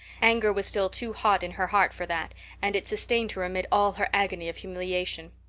anger was still too hot in her heart for that and it sustained her amid all her agony of humiliation.